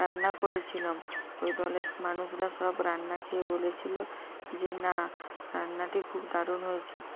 রান্না করেছিলাম ওই দলের মানুষরা সব রান্না খেয়ে বলেছিল যে না রান্নাটি খুব দারুণ হয়েছে